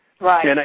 Right